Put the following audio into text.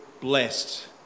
blessed